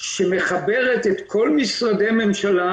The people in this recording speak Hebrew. שמחברת את כל משרדי הממשלה,